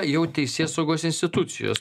jau teisėsaugos institucijos